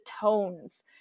tones